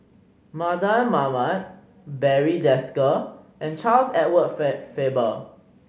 Mardan Mamat Barry Desker and Charles Edward Feb Faber